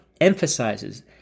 emphasizes